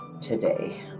today